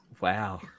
Wow